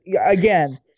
Again